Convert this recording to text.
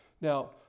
Now